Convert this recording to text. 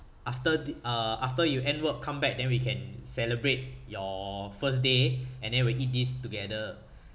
after the uh after you end work come back then we can celebrate your first day and then we eat this together